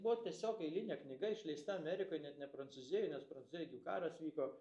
buvo tiesiog eilinė knyga išleista amerikoj net ne prancūzijoj nes prancūzijoj juk karas vyko